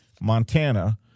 Montana